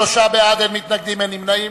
43 בעד, אין מתנגדים, אין נמנעים.